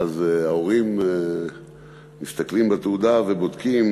ואז ההורים מסתכלים בתעודה ובודקים